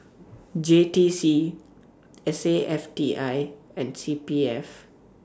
J T C S A F T I and C P F